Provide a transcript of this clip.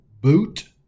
boot